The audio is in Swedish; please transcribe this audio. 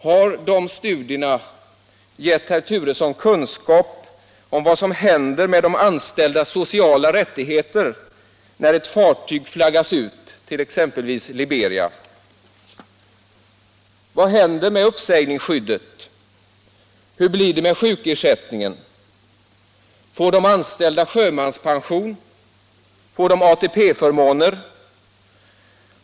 Har de studierna gett herr Turesson kunskap om vad som händer med de anställdas sociala rättigheter när ett fartyg flaggas ut, exempelvis till Liberia? Vad händer med uppsägningsskyddet? Hur blir det med sjukersättningen? Får de anställda sjömanspension? Får de ATP förmåner?